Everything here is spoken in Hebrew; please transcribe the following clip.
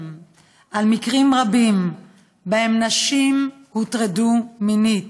על מקרים רבים שבהם נשים הוטרדו מינית,